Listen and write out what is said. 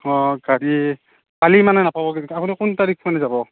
অ গাড়ী কালি মানে নাপাব কিন্তু আপুনি কোন তাৰিখমানে যাব